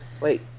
Wait